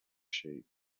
sheep